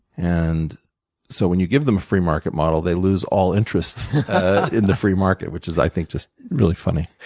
and so when you give them a free market model, they lose all interest in the free market, which is, i think, just really funny.